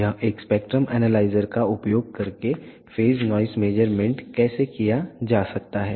यह एक spectrum analyser का उपयोग करके फेज नॉइस मेज़रमेंट कैसे किया जा सकता है